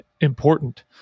important